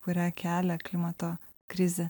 kurią kelia klimato krizė